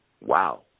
Wow